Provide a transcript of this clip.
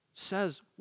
says